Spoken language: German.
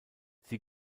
sie